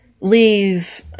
leave